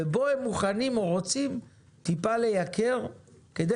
ובו הם מוכנים או רוצים טיפה לייקר כדי